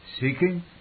seeking